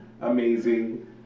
amazing